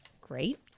great